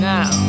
Now